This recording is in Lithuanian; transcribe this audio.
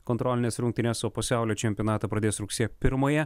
kontrolines rungtynes o pasaulio čempionatą pradės rugsėjo pirmąją